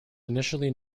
initially